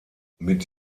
mit